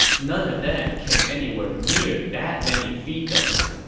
none of them came anywhere near that many fiefdoms.